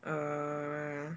uh wait ah